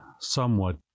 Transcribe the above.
somewhat